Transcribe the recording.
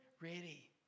Ready